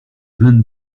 vingt